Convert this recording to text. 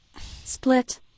Split